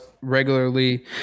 regularly